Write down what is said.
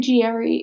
GRE